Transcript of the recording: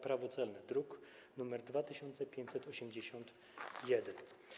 Prawo celne, druk nr 2581.